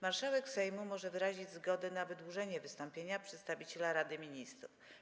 Marszałek Sejmu może wyrazić zgodę na wydłużenie wystąpienia przedstawiciela Rady Ministrów.